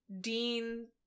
dean